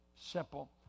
simple